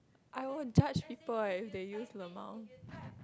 I won't touch people leh if they use lmao